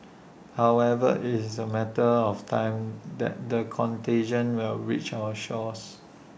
however IT is A matter of time that the contagion will reach our shores